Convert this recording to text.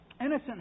innocent